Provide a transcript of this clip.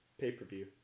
pay-per-view